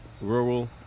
rural